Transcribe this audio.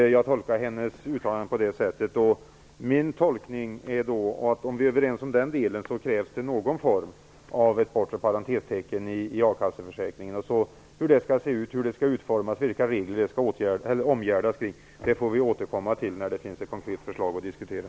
Jag tolkar hennes uttalande så. Min tolkning är att om vi är överens om den delen krävs det någon form av ett bortre parentestecken i akasseförsäkringen. Hur det skall utformas, vilka regler det skall omgärdas med, får vi återkomma till när det finns ett konkret förslag att diskutera.